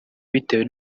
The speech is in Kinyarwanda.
bitewe